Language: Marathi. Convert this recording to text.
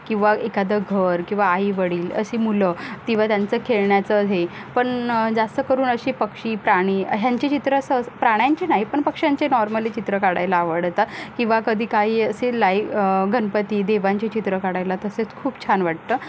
किंवा एखादं घर किंवा आईवडील अशी मुलं किंवा त्यांचं खेळण्याचं हे पण जास्त करून अशी पक्षी प्राणी ह्यांची चित्रं असं प्राण्यांची नाही पण पक्ष्यांचे नॉर्मली चित्र काढायला आवडतात किंवा कधी काही असे लाई गणपती देवांचे चित्र काढायला तसेच खूप छान वाटतं